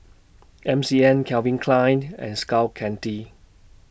M C N Calvin Klein and Skull Candy